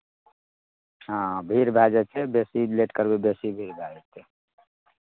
हँ भीड़ भए जाइ छै बेसी लेट करबै बेसी भीड़ भए जेतै